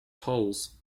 tolls